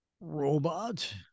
Robot